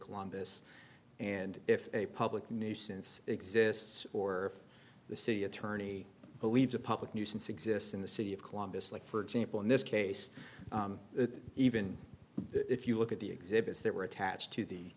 columbus and if a public nuisance exists or the city attorney believes a public nuisance exists in the city of columbus like for example in this case that even if you look at the exhibits that were attached to the